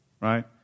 Right